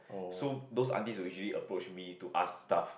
so those aunties usually approach me to ask stuff